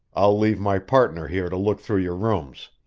i'll leave my partner here to look through your rooms.